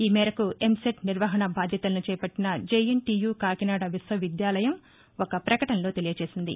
ఈ మేరకు ఎంసెట్ నిర్వహణ బాధ్యతలను చేపట్లిన జెఎన్టీయు కాకినాద విశ్వ విద్యాలయం ఒక ప్రకటనలో తెలియజేసింది